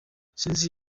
sinzi